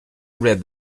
read